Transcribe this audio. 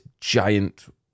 giant